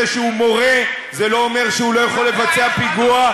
שהוא מורה זה לא אומר שהוא לא יכול לבצע פיגוע,